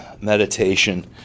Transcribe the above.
meditation